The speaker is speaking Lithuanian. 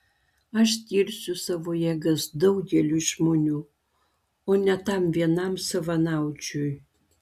aš skirsiu savo jėgas daugeliui žmonių o ne tam vienam savanaudžiui